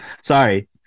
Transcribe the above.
Sorry